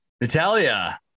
Natalia